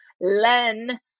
Len